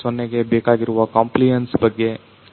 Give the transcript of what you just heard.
0 ಗೆ ಬೇಕಾಗಿರುವ ಕಾಂಪ್ಲಿಯನ್ಸ್ ಬಗ್ಗೆ ಗಮನವಹಿಸಿವೆ